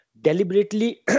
Deliberately